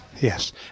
Yes